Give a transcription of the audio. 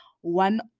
One